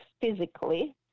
physically